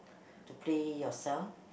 to play yourself